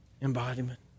embodiment